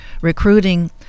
recruiting